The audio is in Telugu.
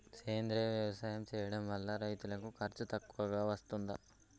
సేంద్రీయ వ్యవసాయం చేయడం వల్ల రైతులకు ఖర్చు తక్కువగా వస్తదా?